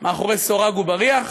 מאחורי סורג ובריח,